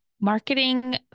marketing